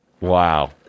Wow